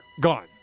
Gone